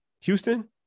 Houston